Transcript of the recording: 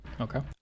okay